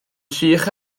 sych